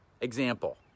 Example